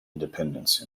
independence